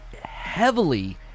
heavily